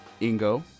Ingo